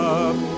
up